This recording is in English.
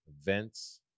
events